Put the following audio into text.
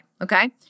Okay